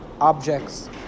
objects